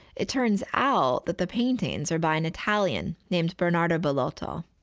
it turns out that the paintings are by an italian named bernardo bellotto.